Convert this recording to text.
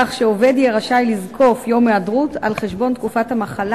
כך שעובד יהיה רשאי לזקוף יום היעדרות על חשבון תקופת המחלה